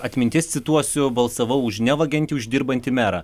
atminties cituosiu balsavau už nevagiantį už dirbantį merą